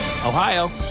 Ohio